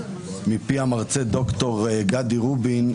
מפי המרצה ד"ר גדי רובין,